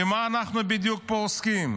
במה אנחנו בדיוק פה עוסקים?